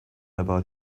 about